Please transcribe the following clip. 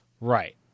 Right